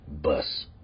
bus